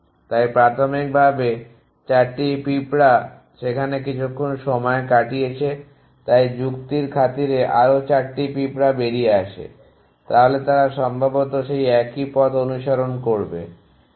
তাই প্রাথমিকভাবে 4টি পিঁপড়া সেখানে কিছুক্ষণ সময় কাটিয়েছে তাই যুক্তির খাতিরে আরও 4টি আরও পিঁপড়া বেরিয়ে আসে তাহলে তারা সম্ভবত সেই একই পথ অনুসরণ করবে